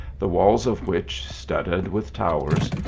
the walls of which, studded with towers,